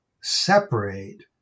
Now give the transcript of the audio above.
separate